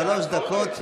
שלוש דקות,